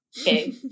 Okay